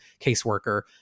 caseworker